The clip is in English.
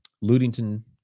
Ludington